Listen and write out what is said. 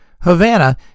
Havana